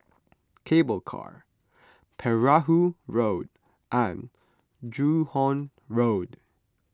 Cable Car Perahu Road and Joo Hong Road